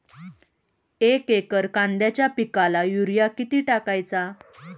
एक एकर कांद्याच्या पिकाला युरिया किती टाकायचा?